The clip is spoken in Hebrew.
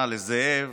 לעזרא, לזאב,